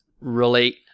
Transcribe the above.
relate